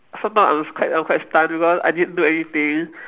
sometimes I'm s~ quite I'm quite stunned because I didn't do anything